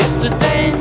Yesterday